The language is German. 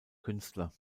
künstler